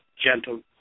gentle